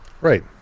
Right